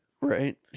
Right